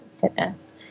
fitness